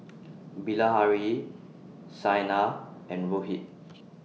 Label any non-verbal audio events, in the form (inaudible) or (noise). (noise) Bilahari Saina and Rohit (noise)